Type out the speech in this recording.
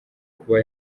kuba